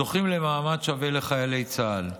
זוכים למעמד שווה לחיילי צה"ל.